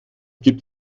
gibt